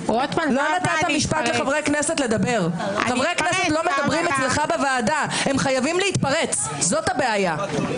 הישיבה ננעלה בשעה 11:01.